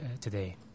today